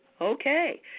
Okay